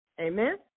Amen